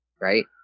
right